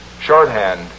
shorthand